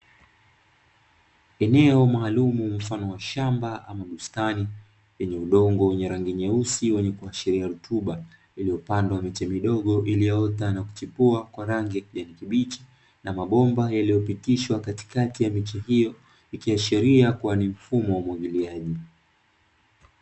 Eneo maalumu mfano wa shamba ama bustani, lenye udongo wenye rangi nyeusi unaoashiria rutuba, lililopandwa miche midogo iliyoota na kuchipua kwa rangi ya kijani kibichi na mabomba yaliyopitishwa katikati ya miche hiyo. Ikiashiria kuwa ni mfumo wa umwagiliaji.